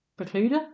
precluder